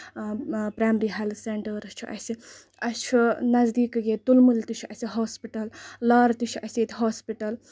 primary health centres چھِ اَسہِ چھِ اَسہِ چھُ نَزدیٖکٕے ییٚتہِ تُلہٕ مُلہِ تہِ چھُ اَسہِ ہوسپِٹل لارٕ تہِ چھُ ییٚتہِ ہوسپٹل